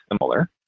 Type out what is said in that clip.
similar